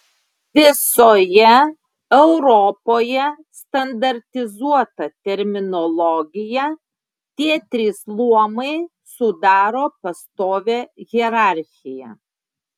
visoje europoje standartizuota terminologija tie trys luomai sudaro pastovią hierarchiją